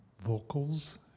vocals